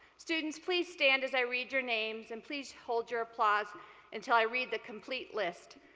students, please stand as i read your names, and please hold your applause until i read the complete list.